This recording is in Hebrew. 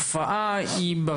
שהתופעה היא שווה,